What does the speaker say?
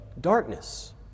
darkness